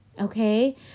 Okay